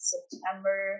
September